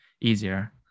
easier